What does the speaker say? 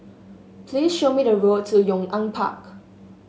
please show me the road to Yong An Park